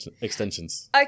extensions